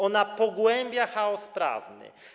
Ona pogłębia chaos prawny.